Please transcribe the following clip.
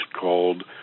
called